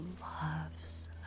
loves